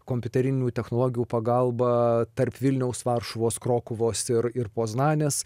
kompiuterinių technologijų pagalba tarp vilniaus varšuvos krokuvos ir poznanės